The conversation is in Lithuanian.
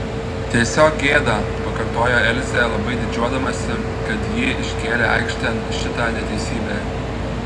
tiesiog gėda pakartojo elzė labai didžiuodamasi kad ji iškėlė aikštėn šitą neteisybę